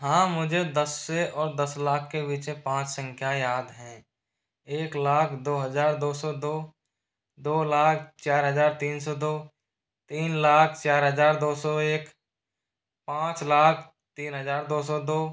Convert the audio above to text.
हाँ मुझे दस से और दस लाख के बीच में पाँच संख्याएं याद हैं एक लाख दो हजार दो सौ दो दो लाख चार हजार तीन सौ दो तीन लाख चार हजार दो सौ एक पाँच लाख तीन हजार दो सौ दो